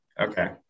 Okay